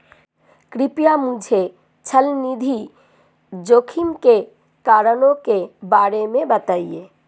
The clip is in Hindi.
कृपया मुझे चल निधि जोखिम के कारणों के बारे में बताएं